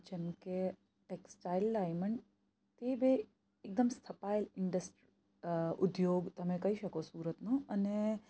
જેમ કે textile diamond તે બે એકદમ સ્થપાયેલ ઇન્ડસ ઉદ્યોગ તમે કઈ શકો સુરતનો અને